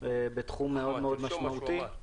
בתחום מאוד משמעותי.